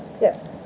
yes